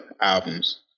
albums